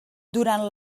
durant